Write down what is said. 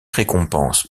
récompenses